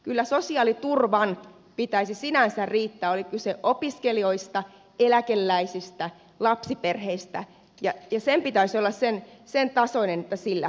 kyllä sosiaaliturvan pitäisi sinänsä riittää oli sitten kyse opiskelijoista eläkeläisistä tai lapsiperheistä ja sen pitäisi olla sen tasoinen että sillä eletään